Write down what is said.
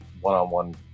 one-on-one